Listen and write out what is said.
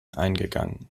eingegangen